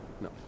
No